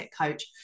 coach